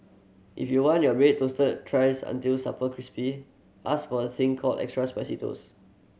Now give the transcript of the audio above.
if you want your bread toasted thrice until super crispy ask for a thing called extra crispy toast